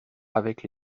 avec